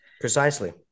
precisely